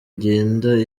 igenda